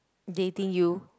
dating you